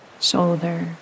shoulder